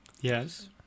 yes